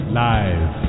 live